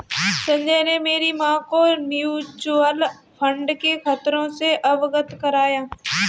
संजय ने मेरी मां को म्यूचुअल फंड के खतरों से अवगत कराया